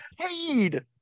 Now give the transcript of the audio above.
paid